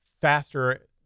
faster